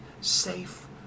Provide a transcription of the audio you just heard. safe